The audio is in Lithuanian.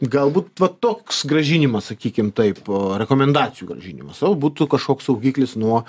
galbūt va toks grąžinimas sakykim taip rekomendacijų grąžinimas jau būtų kažkoks saugiklis nuo